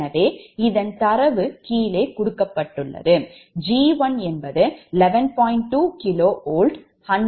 எனவே இதன் தரவு கீழே கொடுக்கப்பட்டுள்ளது